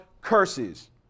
curses